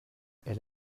elle